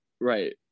right